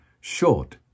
short